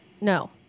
No